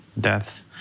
death